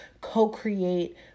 co-create